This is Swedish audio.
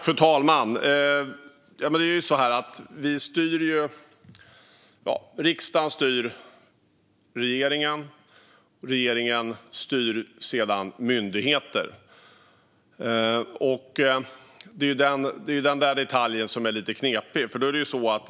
Fru talman! Riksdagen styr ju regeringen, och regeringen styr sedan våra myndigheter. Det är den detaljen som är lite knepig.